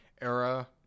era